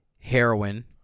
heroin